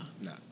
No